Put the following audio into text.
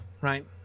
right